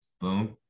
Boom